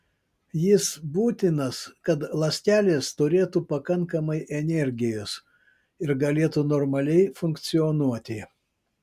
jis būtinas kad ląstelės turėtų pakankamai energijos ir galėtų normaliai funkcionuoti